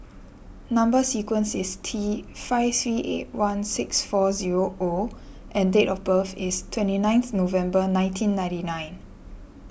Number Sequence is T five three eight one six four zero O and date of birth is twenty ninth November nineteen ninety nine